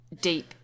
deep